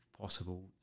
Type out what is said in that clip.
possible